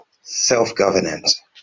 self-governance